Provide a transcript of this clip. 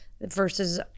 versus